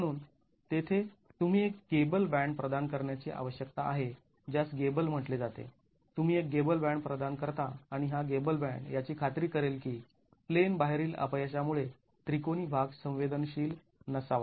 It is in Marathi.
म्हणून तेथे तुम्ही एक गेबल बॅन्ड प्रदान करण्याची आवश्यकता आहे ज्यास गेबल म्हटले जाते तुम्ही एक गेबल बॅन्ड प्रदान करता आणि हा गेबल बॅन्ड याची खात्री करेल की प्लेन बाहेरील अपयशामुळे त्रिकोणी भाग संवेदनशील नसावा